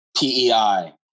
PEI